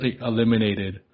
eliminated